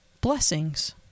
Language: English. Blessings